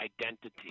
identity